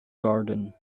garden